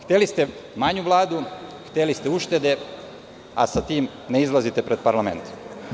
Hteli ste manju Vladu, uštede, a sa tim ne izlazite pred parlamentom.